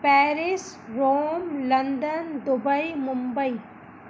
Paris Rome London Dubai Mumbai